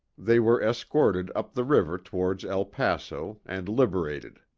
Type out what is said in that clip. they were escorted up the river towards el paso, and liberated.